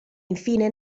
infine